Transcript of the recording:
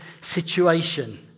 situation